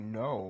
no